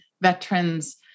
veterans